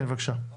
כן, בבקשה.